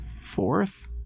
fourth